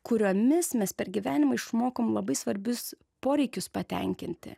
kuriomis mes per gyvenimą išmokom labai svarbius poreikius patenkinti